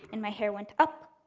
and my hair went up.